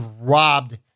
robbed